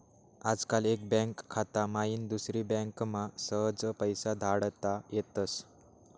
आजकाल एक बँक खाता माईन दुसरी बँकमा सहज पैसा धाडता येतस